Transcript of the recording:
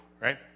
right